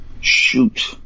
Shoot